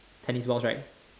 tennis balls right